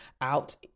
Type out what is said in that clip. out